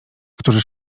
którzy